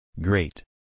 Great